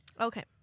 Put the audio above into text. Okay